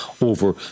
over